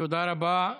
תודה רבה.